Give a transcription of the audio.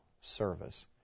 service